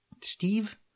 steve